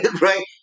right